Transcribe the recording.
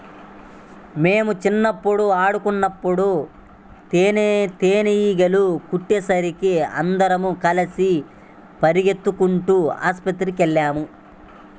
మేం చిన్నప్పుడు ఆడుకునేటప్పుడు తేనీగలు కుట్టేసరికి అందరం కలిసి పెరిగెత్తుకుంటూ ఆస్పత్రికెళ్ళాం